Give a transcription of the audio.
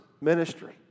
ministry